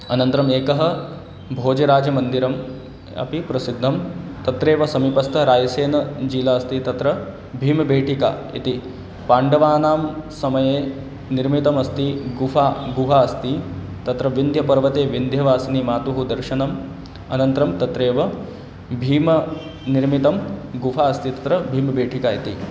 अनन्तरम् एकं भोजराजमन्दिरम् अपि प्रसिद्धं तत्रैव समीपस्थरायसेनजिला अस्ति तत्र भीमभेटिका इति पाण्डवानां समये निर्मितमस्ति गुहा गुहा अस्ति तत्र विन्द्यपर्वते विन्ध्यवासिनी मातुः दर्शनम् अनन्तरं तत्रैव भीमेन निर्मिता गुहास्ति तत्र भीमभेटिका इति